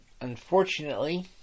unfortunately